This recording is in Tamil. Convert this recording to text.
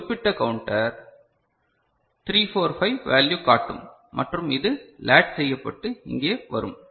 இந்த குறிப்பிட்ட கவுன்டர் 345 வேல்யூ காட்டும் மற்றும் இது லேட்ச் செய்யப்பட்டு இங்கே வரும்